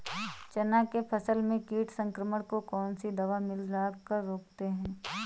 चना के फसल में कीट संक्रमण को कौन सी दवा मिला कर रोकते हैं?